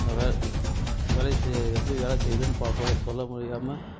நான் வே வேலை செய்ய எப்படி வேலை செய்யுதுனு பார்ப்பேன் சொல்ல முடியாமல்